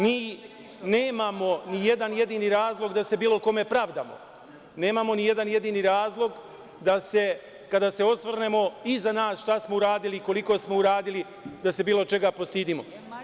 Mi nemamo nijedan jedini razlog da se bilo kome pravdamo, nemamo nijedan jedini razlog da se kada se osvrnemo iza nas šta smo uradili i koliko smo uradili, da se bilo čega postidimo.